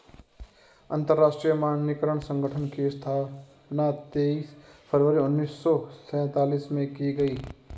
अंतरराष्ट्रीय मानकीकरण संगठन की स्थापना तेईस फरवरी उन्नीस सौ सेंतालीस में की गई